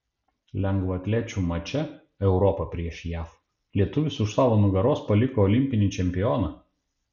lengvaatlečių mače europa prieš jav lietuvis už savo nugaros paliko olimpinį čempioną